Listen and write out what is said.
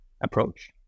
approach